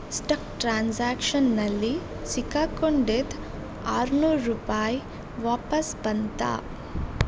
stuck ಟ್ರಾನ್ಸಾಕ್ಷನ್ನಲ್ಲಿ ಸಿಕ್ಕಾಕೊಂಡಿದ್ದ ಆರ್ನೂರು ರೂಪಾಯಿ ವಾಪಸ್ ಬಂತಾ